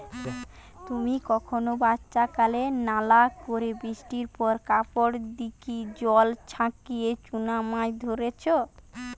তুমি কখনো বাচ্চাকালে নালা রে বৃষ্টির পর কাপড় দিকি জল ছাচিকি চুনা মাছ ধরিচ?